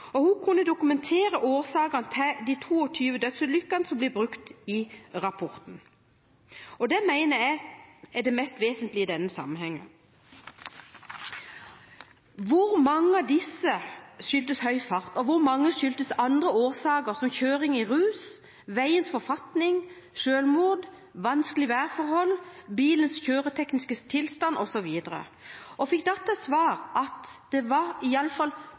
rapporten. Hun kunne dokumentere årsakene til de 22 dødsulykkene som blir nevnt i rapporten. Det mener jeg er det mest vesentlige i denne sammenhengen. Jeg spurte hvor mange av disse som skyldtes høy fart, og hvor mange som skyldtes andre årsaker, som kjøring i rus, veiens forfatning, selvmord, vanskelige værforhold, bilens kjøretekniske tilstand, osv. Jeg fikk da til svar at det var